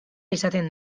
izaten